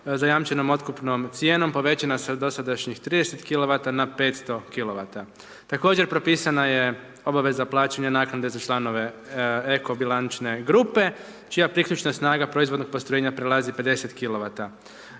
zajamčenom otkupnom cijenom, povećana sa dosadanjih 30 kilovata, na 500 kilovata. Također propisana je obaveza plaćanja naknada za članove eko bilančne grupe, čija priključna snaga proizvodnog postrojenja prelazi 50